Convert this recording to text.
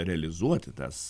realizuoti tas